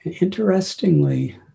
Interestingly